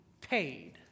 paid